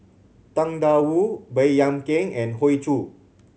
Tang Da Wu Baey Yam Keng and Hoey Choo